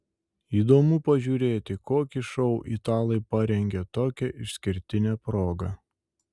įdomu pažiūrėti kokį šou italai parengė tokia išskirtine proga